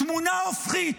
תמונה הופכית.